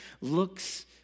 looks